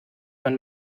man